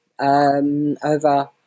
Over